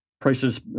prices